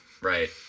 right